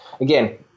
again